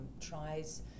tries